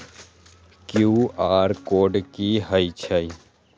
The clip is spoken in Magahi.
कियु.आर कोड कि हई छई?